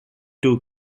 two